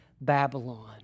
Babylon